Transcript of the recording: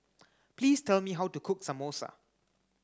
please tell me how to cook Samosa